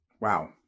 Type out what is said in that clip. Wow